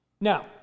Now